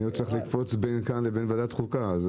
אני עוד צריך לקפוץ בין כאן לבין ועדת החוקה.